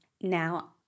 now